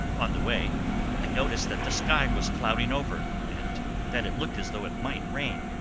on the way i noticed that the sky was clouding over and that it looked as though it might rain.